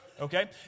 Okay